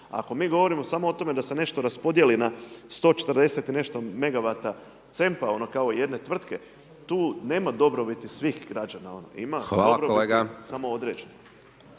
Ako mi govorimo samo o tome da se nešto raspodijeli na 140 i nešto megavata C.E.M.P-a ono kao jedne tvrtke, tu nema dobrobiti svih građana. Ima